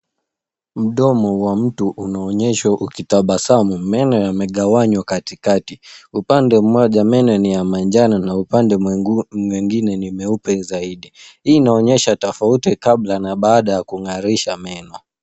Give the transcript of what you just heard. Mdomo wa mtu unaonyeshwa ukitabasamu. Meno yamegawanywa katikati. Upande mmoja, meno ni ya manjano na upande mwengu- mengine ni meupe zaidi. Hii inaonyesha tofauti kabla na baada ya kung'arisha meno.